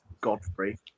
Godfrey